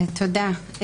תודה.